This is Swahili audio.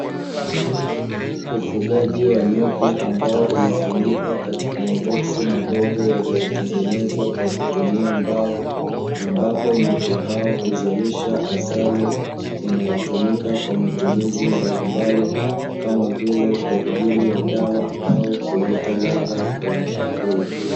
Ufugaji wa nyuki ambao unafanyika katika maboksi madogo, yaliyotemgenezwa kwa kutumia mbao, ambapo nyuki hao huzalisha asali inayotumika kwa matumizi mbalimbali, kama vile kwa ajili ya dawa au kuleta ladha kwenye chakula.